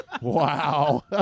Wow